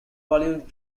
bollywood